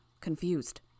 confused